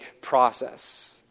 process